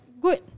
good